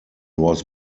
was